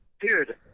Dude